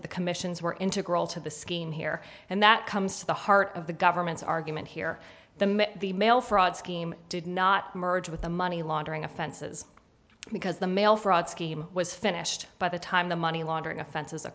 of the commissions were integral to the scheme here and that comes to the heart of the government's argument here the met the mail fraud scheme did not merge with the money laundering offenses because the mail fraud scheme was finished by the time the money laundering offenses